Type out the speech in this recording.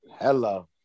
hello